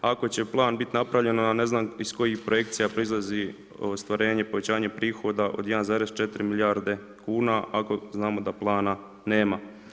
Ako će plan biti napravljen, a ne znam iz kojih projekcija proizlazi ostvarenje povećanja prihoda od 1,4 milijarde kuna ako znamo da plana nema.